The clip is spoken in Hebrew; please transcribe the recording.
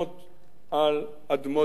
על אדמות נפקדים.